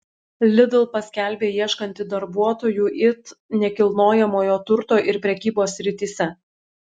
lidl paskelbė ieškanti darbuotojų it nekilnojamojo turto ir prekybos srityse